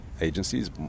agencies